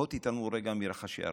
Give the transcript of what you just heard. בואו תתעלמו רגע מרחשי הרקע.